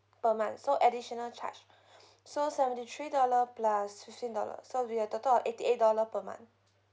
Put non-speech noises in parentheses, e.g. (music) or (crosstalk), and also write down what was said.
per month so additional charge (breath) so seventy three dollar plus fifteen dollar so will be the total of eighty eight dollar per month